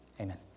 amen